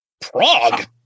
Prague